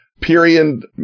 period